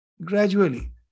gradually